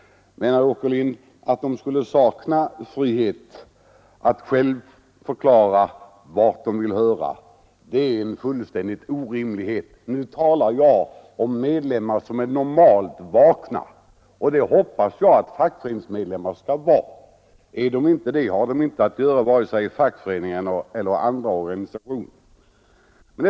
Men, herr Åkerlind, att de skulle sakna frihet att själva få avgöra vilken organisation de vill tillhöra är en fullständig orimlighet. Nu talar jag om medlemmar som är normalt vakna, och de hoppas jag att föreningsmedlemmar skall vara. Är de inte det har de varken i fackföreningar eller andra organisationer att göra.